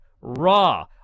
Raw